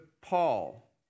Paul